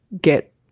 get